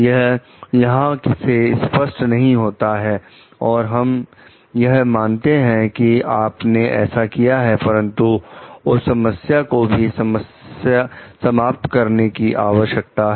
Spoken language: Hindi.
यह यहां से स्पष्ट नहीं होता है और हम यह मानते हैं कि आपने ऐसा किया है परंतु उस समस्या को भी समाप्त करना भी आवश्यक है